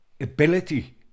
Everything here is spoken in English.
Ability